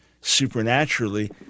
supernaturally